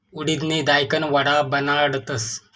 उडिदनी दायकन वडा बनाडतस